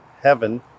Heaven